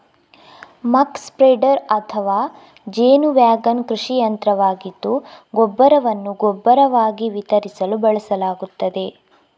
ಮಕ್ spreader ಅಥವಾ ಜೇನು wagon ಕೃಷಿ ಯಂತ್ರವಾಗಿದ್ದು ಗೊಬ್ಬರವನ್ನು ಗೊಬ್ಬರವಾಗಿ ವಿತರಿಸಲು ಬಳಸಲಾಗುತ್ತದೆ